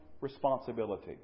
responsibility